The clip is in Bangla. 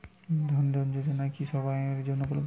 জন ধন যোজনা কি সবায়ের জন্য উপলব্ধ?